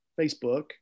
Facebook